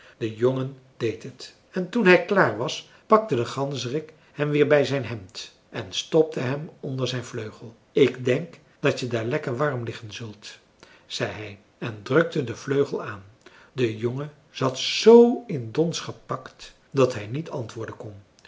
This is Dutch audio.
de jongen deed het en toen hij klaar was pakte de ganzerik hem weer bij zijn hemd en stopte hem onder zijn vleugel ik denk dat je daar lekker warm liggen zult zei hij en drukte den vleugel aan de jongen zat z in dons gepakt dat hij niet antwoorden kon